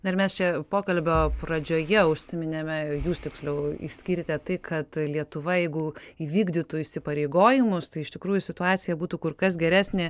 na ir mes čia pokalbio pradžioje užsiminėme jūs tiksliau išskyrėte tai kad lietuva jeigu įvykdytų įsipareigojimus tai iš tikrųjų situacija būtų kur kas geresnė